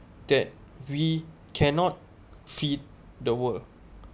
that we cannot feed the world